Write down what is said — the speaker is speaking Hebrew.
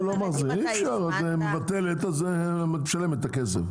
אם את מבטלת, את משלמת את הכסף.